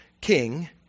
king